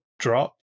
drop